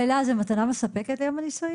תודה רבה, ישיבה זאת נעולה.